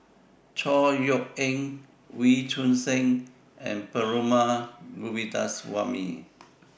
Chor Yeok Eng Wee Choon Seng and Perumal Govindaswamy